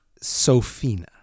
Sophina